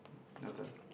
noted